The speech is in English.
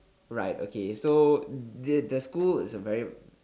right okay so the the school is a very